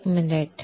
1 minute